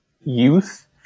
youth